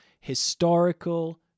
historical